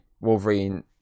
Wolverine